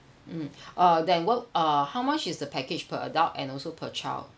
mm uh then what uh how much is the package per adult and also per child